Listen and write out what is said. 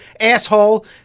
asshole